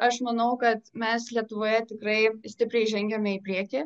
aš manau kad mes lietuvoje tikrai stipriai žengiame į priekį